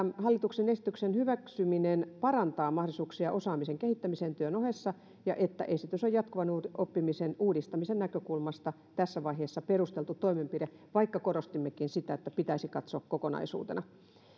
hallituksen esityksen hyväksyminen parantaa mahdollisuuksia osaamisen kehittämiseen työn ohessa ja että esitys on jatkuvan oppimisen uudistamisen näkökulmasta tässä vaiheessa perusteltu toimenpide vaikka korostimmekin sitä että pitäisi katsoa kokonaisuutena